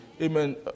Amen